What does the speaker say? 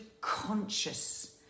conscious